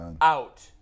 Out